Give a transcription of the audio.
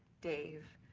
dave,